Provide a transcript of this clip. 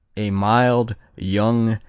a mild, young,